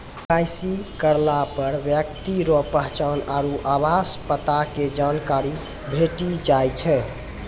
KYC करलापर ब्यक्ति रो पहचान आरु आवास पता के जानकारी भेटी जाय छै